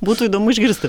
būtų įdomu išgirsti